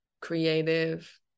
creative